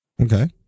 Okay